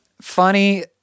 funny